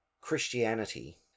Christianity